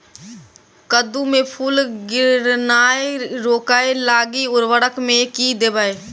कद्दू मे फूल गिरनाय रोकय लागि उर्वरक मे की देबै?